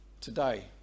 today